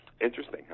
Interesting